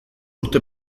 urte